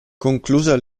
conclusa